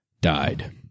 died